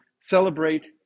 celebrate